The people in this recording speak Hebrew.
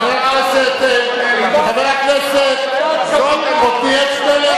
חבר הכנסת עתניאל שנלר,